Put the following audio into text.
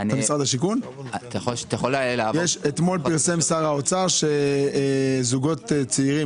אתמול פרסם שר האוצר שזוגות צעירים